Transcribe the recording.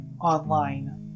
online